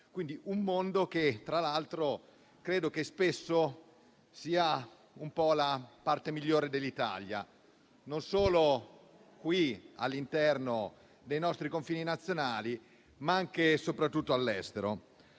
di un mondo che, tra l'altro, credo sia spesso la parte migliore dell'Italia, e non solo all'interno dei nostri confini nazionali, ma anche e soprattutto all'estero.